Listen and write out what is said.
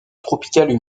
tropicales